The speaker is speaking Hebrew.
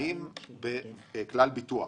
האם בכלל ביטוח